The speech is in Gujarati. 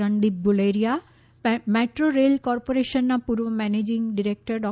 રણદીપ ગુલેરિયા મેટ્રો રેલ કોર્પોરેશનના પૂર્વ મેનેજિંગ ડિરેક્ટર ડો